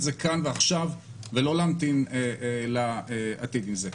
זה כאן ועכשיו ולא להמתין לעתיד עם זה.